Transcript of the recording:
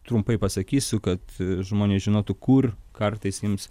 trumpai pasakysiu kad žmonės žinotų kur kartais jiems